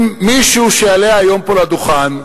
אם מישהו שיעלה היום פה לדוכן,